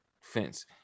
fence